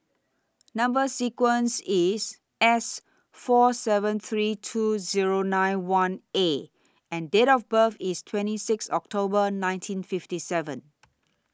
Number sequence IS S four seven three two Zero nine one A and Date of birth IS twenty six October nineteen fifty seven